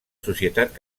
societat